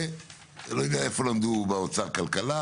אני לא יודע איפה למדו כלכלה באוצר,